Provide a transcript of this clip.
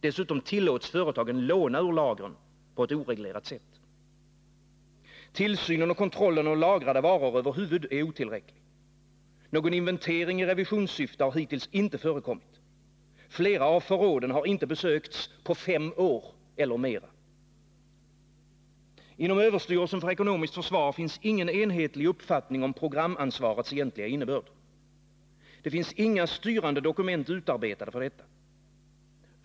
Dessutom tillåts företagen låna ur lagren på ett oreglerat sätt. Tillsynen och kontrollen av lagrade varor över huvud taget är otillräcklig. Någon inventering i revisionssyfte har hittills inte förekommit. Flera av förråden har inte besökts på fem år eller mera. Inom överstyrelsen för ekonomiskt försvar finns ingen enhetlig uppfattning om programansvarets egentliga innebörd. Det finns inga styrande dokument utarbetade för dessa.